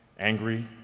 angry,